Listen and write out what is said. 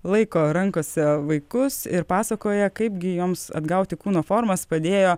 laiko rankose vaikus ir pasakoja kaipgi joms atgauti kūno formas padėjo